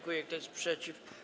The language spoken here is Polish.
Kto jest przeciw?